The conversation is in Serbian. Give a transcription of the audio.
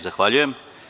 Zahvaljujem.